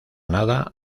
nada